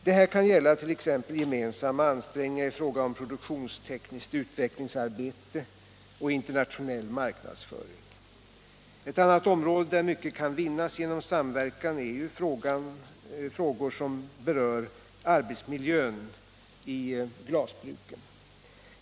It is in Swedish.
Det kan gälla exempelvis gemensamma ansträngningar i fråga om produktionstekniskt utvecklingsarbete och internationell marknadsföring. Ett annat område där mycket kan vinnas genom samverkan är i fråga om arbetsmiljön i glasbruken.